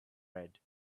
red